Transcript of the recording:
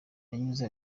yanyuze